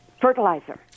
fertilizer